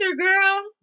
girl